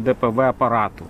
dpv aparatų